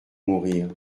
mourir